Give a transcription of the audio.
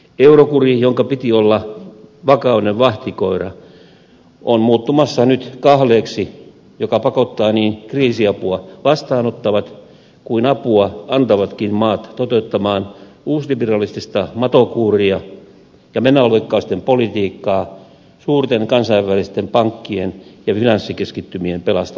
eurokuri jonka piti olla vakauden vahtikoira on muuttumassa nyt kahleeksi joka pakottaa niin kriisiapua vastaanottavat kuin apua antavatkin maat toteuttamaan uusliberalistista matokuuria ja menoleikkausten politiikkaa suurten kansainvälisten pankkien ja finanssikeskittymien pelastamiseksi